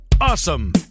awesome